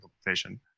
implementation